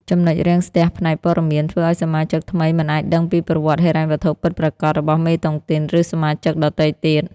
ចំណុចរាំងស្ទះផ្នែកព័ត៌មាន ធ្វើឱ្យសមាជិកថ្មីមិនអាចដឹងពីប្រវត្តិហិរញ្ញវត្ថុពិតប្រាកដរបស់មេតុងទីន ឬសមាជិកដទៃទៀត។